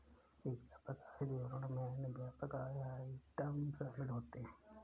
एक व्यापक आय विवरण में अन्य व्यापक आय आइटम शामिल होते हैं